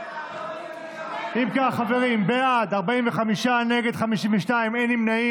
אם כך, חברים, בעד, 45, נגד, 52, אין נמנעים.